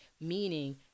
meaning